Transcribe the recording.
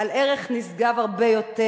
על ערך נשגב הרבה יותר,